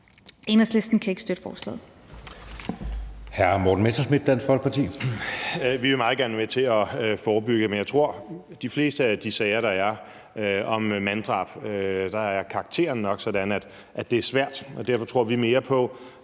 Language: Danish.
Enhedslisten kan ikke støtte forslaget.